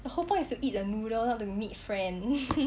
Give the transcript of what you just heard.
the whole point is to eat a noodle not to meet friend